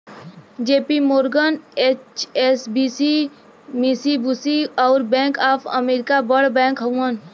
JP Morgan, HSBC, Mitsubishi, अउर bank of America बड़ बैंक हउवन